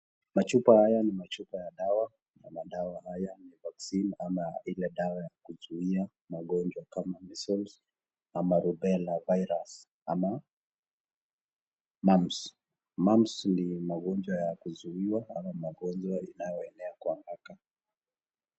Machupa haya ni machupa ya dawa na madawa haya ni vaccine ama ile dawa ya kuzuia magonjwa kama measles ama robella virus ama mums. Mums ni magonjwa ya kuzuiwa au magonjwa inayo enea kwa haraka.